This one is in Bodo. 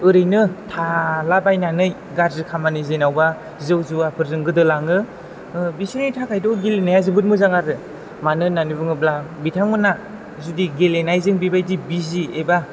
ओरैनो थालाबायनानै गाज्रि खामानि जेनबा जौ जुवाफोरजों गोदोलाङो बिसोरनि थाखायथ' गेलेनाया जोबोद मोजां आरो मानो होननानै बुङोब्ला बिथांमोनहा जुदि गेलेनायजों बेबायदि बिजि एबा